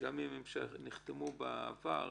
גם אם נחתמו בעבר,